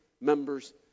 members